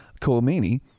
Khomeini